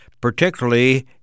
particularly